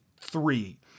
three